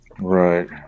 right